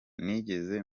nigeze